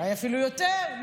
אולי אפילו יותר,